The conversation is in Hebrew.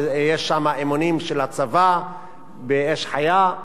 ויש שם אימונים של הצבא באש חיה,